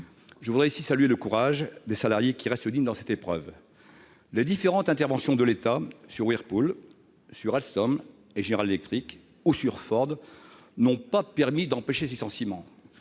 Je voudrais saluer ici le courage des salariés, qui restent dignes dans cette épreuve. Les différentes interventions de l'État sur Whirlpool, sur Alstom, sur General Electric et sur Ford n'ont pas permis d'empêcher les licenciements.